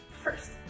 first